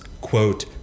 quote